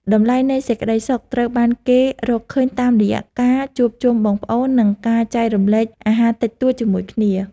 តម្លៃនៃសេចក្ដីសុខត្រូវបានគេរកឃើញតាមរយៈការជួបជុំបងប្អូន និងការចែករំលែកអាហារតិចតួចជាមួយគ្នា។